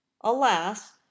alas